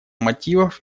мотивов